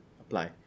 apply